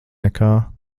nekā